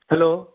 hello